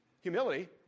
humility